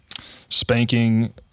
spanking